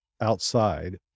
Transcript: outside